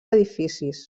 edificis